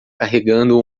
carregando